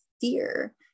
fear